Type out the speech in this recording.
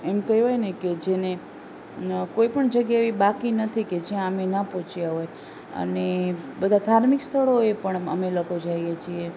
એમ કહેવાયને કે જેને કોઈ પણ જગ્યા એવી બાકી નથી કે જયાં અમે ના પહોંચ્યા હોય અને બધા ધાર્મિક સ્થળોએ પણ અમે લોકો જઈએ છીએ